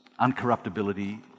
uncorruptibility